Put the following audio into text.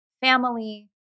family